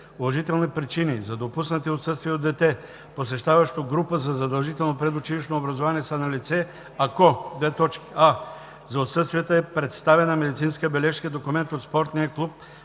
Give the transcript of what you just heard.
„Уважителни причини за допуснати отсъствия от дете, посещаващо група за задължително предучилищно образование“ са налице, ако: а) за отсъствията е представена медицинска бележка, документ от спортния клуб,